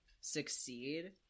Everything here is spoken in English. succeed